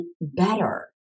better